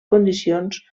condicions